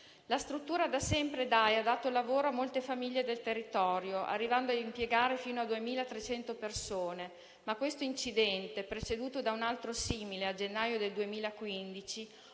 La struttura da sempre dà e ha dato lavoro a molte famiglie del territorio, arrivando a impiegare fino a 2.300 persone, ma questo incidente, preceduto da un altro simile a gennaio del 2015,